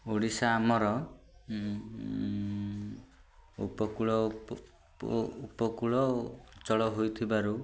ଓଡ଼ିଶା ଆମର ଉପକୂଳ ଅଞ୍ଚଳ ହୋଇଥିବାରୁ